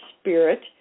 spirit